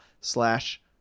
slash